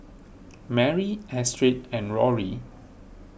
Marie Astrid and Rory